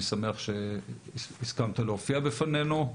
אני שמח שהסכמת להופיע בפנינו.